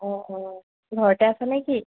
অঁ অঁ ঘৰতে আছা নেকি